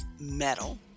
metal